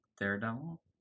Daredevil